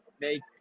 make